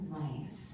life